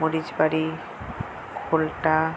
মরিচ বাড়ি খোল্টা